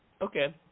okay